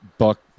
Buck